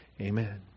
Amen